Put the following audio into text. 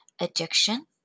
addiction